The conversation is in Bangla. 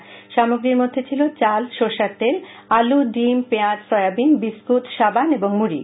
ত্রাণ সামগ্রীর মধ্যে ছিল চাল সর্ষের তেল আলু ডিম পেঁয়াজ সয়াবিন বিস্কুট সাবান মুড়ি